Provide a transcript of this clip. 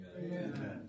Amen